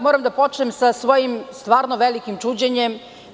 Moram da počnem sa svojim stvarno velikim čuđenjem.